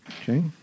Okay